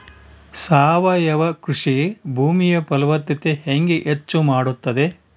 ಸಾವಯವ ಕೃಷಿ ಭೂಮಿಯ ಫಲವತ್ತತೆ ಹೆಂಗೆ ಹೆಚ್ಚು ಮಾಡುತ್ತದೆ?